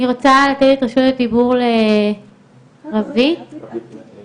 אני רוצה לתת את רשות הדיבור לרוית אבני,